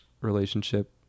relationship